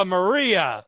Maria